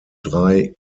drei